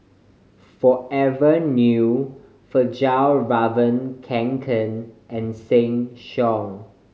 Forever New Fjallraven Kanken and Sheng Siong